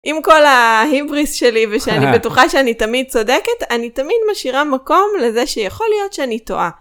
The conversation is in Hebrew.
עם כל ההיבריס שלי ושאני בטוחה שאני תמיד צודקת, אני תמיד משאירה מקום לזה שיכול להיות שאני טועה.